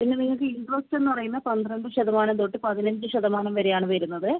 ഇനി നിങ്ങൾക്ക് ഇൻ്ററെസ്റ്റെ എന്ന് പറയുന്ന പന്ത്രണ്ട് ശതമാനം തൊട്ട് പതിനഞ്ച് ശതമാനം വരെയാണ് വരുന്നത്